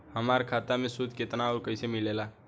हमार खाता मे सूद केतना आउर कैसे मिलेला?